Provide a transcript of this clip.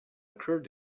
occurred